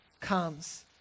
comes